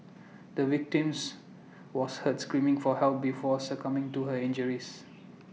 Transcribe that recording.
the victims was heard screaming for help before succumbing to her injuries